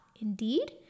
indeed